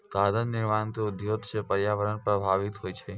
कागज निर्माण क उद्योग सँ पर्यावरण प्रभावित होय छै